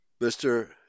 Mr